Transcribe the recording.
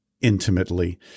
intimately